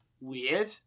weird